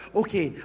okay